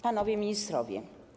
Panowie Ministrowie!